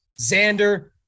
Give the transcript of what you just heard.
Xander